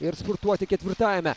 ir spurtuoti ketvirtajame